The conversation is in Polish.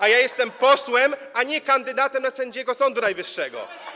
A ja jestem posłem, a nie kandydatem na sędziego Sądu Najwyższego.